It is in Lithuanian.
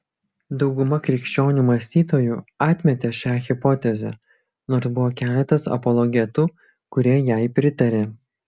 dauguma krikščionių mąstytojų atmetė šią hipotezę nors buvo keletas apologetų kurie jai pritarė